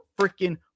freaking